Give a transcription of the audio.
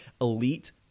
elite